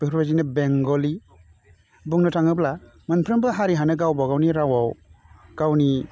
बेफोरबादिनो बेंगलि बुंनो थाङोब्ला मोनफ्रोमबो हारियानो गावबा गावनि रावाव गावनि